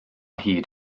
hyd